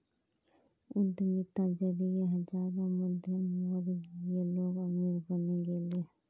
उद्यमिता जरिए हजारों मध्यमवर्गीय लोग अमीर बने गेले